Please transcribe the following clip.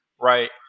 right